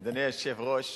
אדוני היושב-ראש,